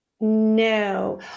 no